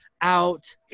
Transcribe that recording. out